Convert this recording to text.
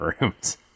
rooms